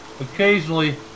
Occasionally